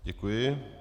Děkuji.